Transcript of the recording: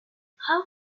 how